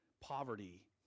poverty